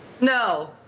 No